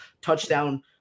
touchdown